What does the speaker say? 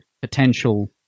potential